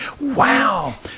Wow